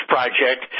Project